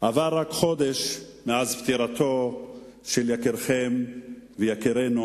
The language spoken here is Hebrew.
עבר רק חודש מאז פטירתו של יקירכם ויקירנו,